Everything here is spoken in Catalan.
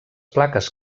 plaques